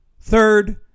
Third